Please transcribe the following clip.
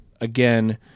Again